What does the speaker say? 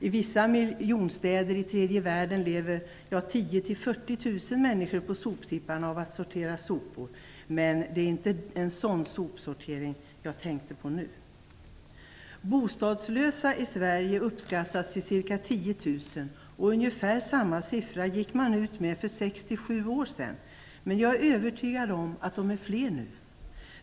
I vissa miljonstäder i tredje världen lever 10 000 - 40 000 människor på soptipparna av att sortera sopor, men det är inte en sådan sopsortering jag tänker på nu. Antalet bostadslösa i Sverige uppskattas till ca 10 000. Ungefär samma siffra gick man ut med för sex eller sju år sedan, men jag är övertygad om att de är fler nu.